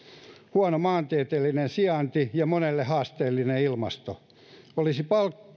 huono maantieteellinen sijainti ja monelle haasteellinen ilmasto olisi